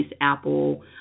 Apple